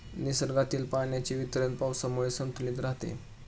निसर्गातील पाण्याचे वितरण पावसामुळे संतुलित राहते